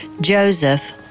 Joseph